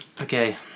Okay